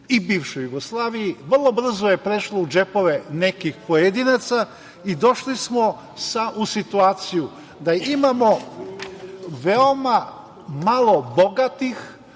i bivšoj Jugoslaviji vrlo brzo je prešlo u džepove nekih pojedinaca i došli smo u situaciju da imamo veoma malo bogatih,